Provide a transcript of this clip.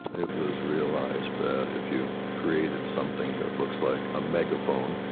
it was realized that if you created something that looks like a megaphone,